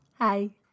Hi